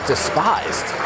Despised